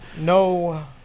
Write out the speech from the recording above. no